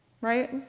right